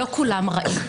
לא כולם רעים.